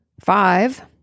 five